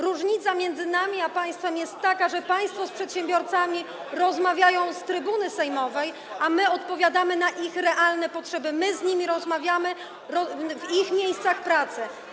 Różnica między nami a państwem jest taka, że państwo z przedsiębiorcami rozmawiają z trybuny sejmowej, a my odpowiadamy na ich realne potrzeby, my z nimi rozmawiamy w ich miejscach pracy.